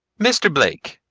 mr. blake,